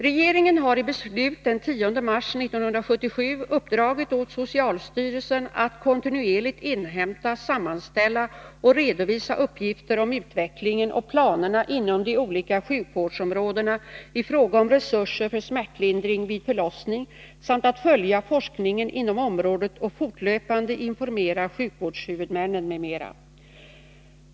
Regeringen har i beslut den 10 mars 1977 uppdragit åt socialstyrelsen att kontinuerligt inhämta, sammanställa och redovisa uppgifter om utvecklingen och planerna inom de olika sjukvårdsområdena i fråga om resurser för smärtlindring vid förlossning samt att följa forskningen inom området och fortlöpande informera sjukvårdshuvudmännen m.m.